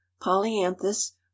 polyanthus